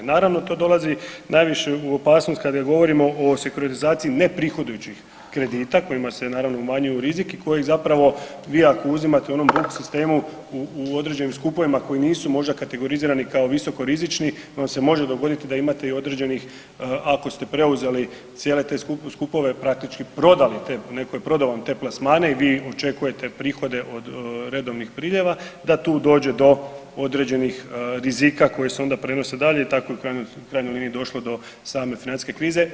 Naravno to dolazi najviše u opasnost kada govorimo o sekuritizaciji neprihodujućih kredita kojima se naravno umanjuje rizik i koji zapravo, vi ako uzimate u onom blok sistemu u određenim skupovima koji nisu možda kategorizirani kao visokorizični, vam se može dogoditi da imate određenih, ako ste preuzeli cijele te skupove praktički, netko je prodao vam te plasmane i vi očekujete prihode od redovnih priljeva, da tu dođe do određenih rizika koji su onda prenose dalje i tako je u krajnjoj liniji došlo do same financijske krize.